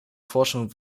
forschung